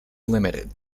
limited